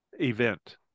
event